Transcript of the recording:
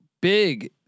big